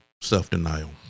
self-denial